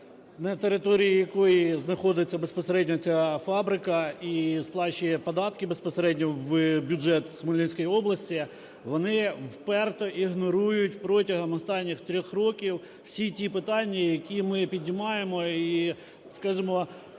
на території якої знаходиться безпосередньо ця фабрика і сплачує податки безпосередньо в бюджет Хмельницької області, вони вперто ігнорують протягом останніх трьох років всі ті питання, які ми підіймаємо. І, скажімо,